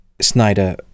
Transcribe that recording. Snyder